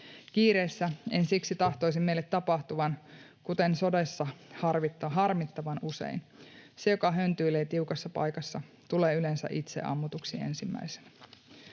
Kiireessä en siksi tahtoisi meille tapahtuvan, kuten sodassa harmittavan usein: se, joka höntyilee tiukassa paikassa, tulee yleensä itse ammutuksi ensimmäisenä.